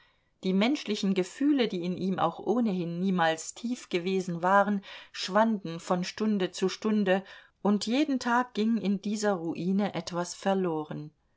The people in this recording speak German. die menschlichen gefühle die in ihm auch ohnehin niemals tief gewesen waren schwanden von stunde zu stunde und jeden tag ging in dieser ruine etwas verloren